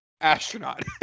Astronaut